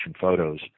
photos